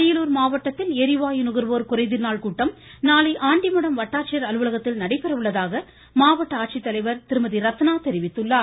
அரியலூர் மாவட்டத்தில் ளிவாயு நுகர்வோர் குறைதீர்நாள் கூட்டம் நாளை ஆண்டிமடம் வட்டாட்சியர் அலுவலகத்தில் நடைபெற உள்ளதாக மாவட்ட ஆட்சித்தலைவர் திருமதி ரத்னா தெரிவித்துள்ளார்